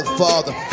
father